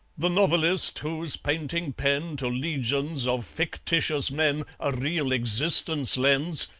the novelist, whose painting pen to legions of fictitious men a real existence lends,